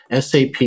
SAP